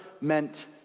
meant